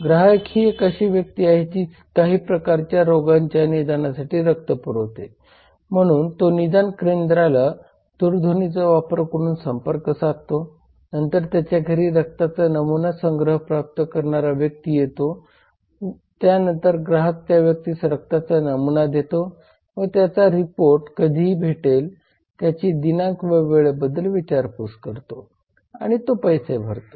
ग्राहक ही अशी व्यक्ती आहे जी काही प्रकारच्या रोगांच्या निदानासाठी रक्त पुरवते म्हणून तो निदान केंद्राला दूरध्वनीचा वापर करून संपर्क साधतो नंतर त्याच्या घरी रक्तचा नमुना संग्रह प्राप्त करणारा व्यक्ती येतो त्यांनतर ग्राहक त्या व्यक्तीस रक्ताचा नमुना देतो व त्याचा रिपोर्ट कधी भेटेल त्याच्या दिनांक व वेळेबद्दल विचारपूस करतो आणि तो पैसे भरतो